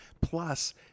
plus